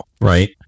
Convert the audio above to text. right